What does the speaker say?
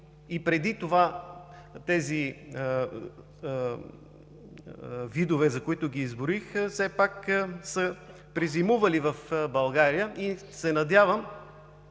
и преди тези видове, които изброих, все пак са презимували в България, надявам